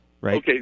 right